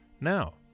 Now